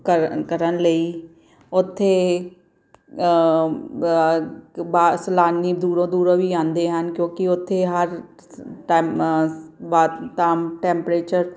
ਕਰ ਕਰਨ ਲਈ ਉੱਥੇ ਵਾ ਸੈਲਾਨੀ ਦੂਰੋਂ ਦੂਰੋਂ ਵੀ ਆਉਂਦੇ ਹਨ ਕਿਉਂਕਿ ਉੱਥੇ ਹਰ ਟੈਂਪਰੇਚਰ